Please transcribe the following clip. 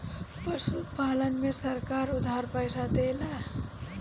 पशुपालन में सरकार उधार पइसा देला?